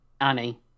Annie